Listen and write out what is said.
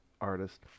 artist